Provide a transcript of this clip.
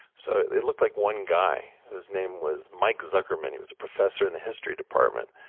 so it looked like one guy, whose name was mike zuckerman. he was a professor in the history department.